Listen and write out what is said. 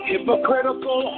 Hypocritical